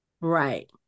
Right